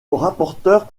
rapporteur